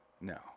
No